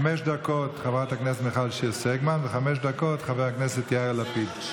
חמש דקות חברת הכנסת מיכל שיר סגמן וחמש דקות חבר הכנסת יאיר לפיד.